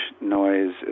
noise